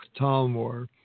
Talmor